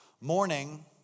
morning